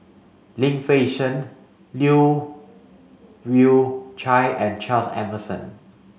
Lim Fei Shen Leu Yew Chye and Charles Emmerson